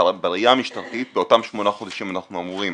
הראייה המשטרתית, באותם שמונה חודשים אנחנו אמורים